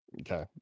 okay